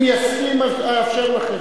אם יסכים אאפשר לכם.